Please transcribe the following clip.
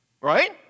Right